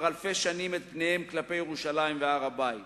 אלפי שנים את פניהם כלפי ירושלים והר-הבית,